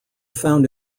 found